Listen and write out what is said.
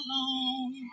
alone